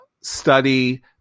study